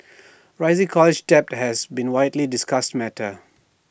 rising college debt has been A widely discussed matter